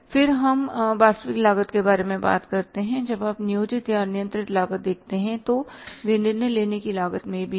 फिर हम वास्तविक लागत के बारे में बात करते हैं जब आप नियोजित या नियंत्रित लागत देखते हैं तो वे निर्णय लेने की लागत में भी हैं